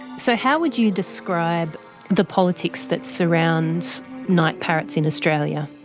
so, how would you describe the politics that surrounds night parrots in australia?